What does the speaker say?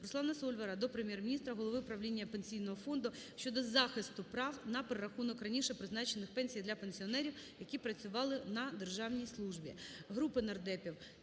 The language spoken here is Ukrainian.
Руслана Сольвара до Прем'єр-міністра, голови правління Пенсійного фонду щодо захисту прав на перерахунок раніше призначених пенсій для пенсіонерів, які працювали на державній службі.